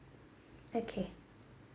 okay